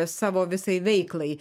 savo visai veiklai